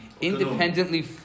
independently